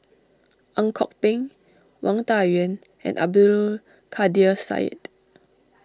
Ang Kok Peng Wang Dayuan and Abdul Kadir Syed